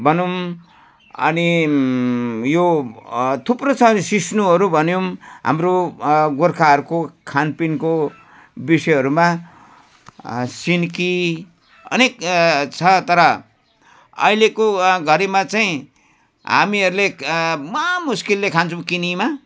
भनौँ अनि यो थुप्रो छ सिस्नोहरू भनौँ हाम्रो गोर्खाहरूको खानपिनको विषयहरूमा सिन्की अनेक छ तर अहिलेको घडीमा चाहिँ हामीहरूले महा मुस्किलले खान्छौँ किनेमा